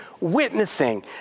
witnessing